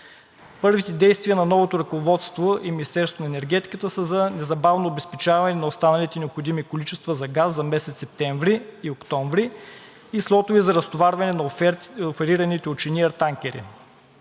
Първите действия на новото ръководство и Министерството на енергетиката са за незабавното обезпечаване на останалите необходимите количества газ за месец септември и октомври и слотове за разтоварване на оферираните от „Шениър“ танкери.